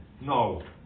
No